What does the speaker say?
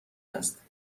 است